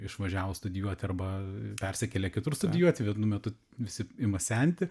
išvažiavo studijuoti arba persikėlė kitur studijuoti vienu metu visi ima senti